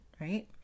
Right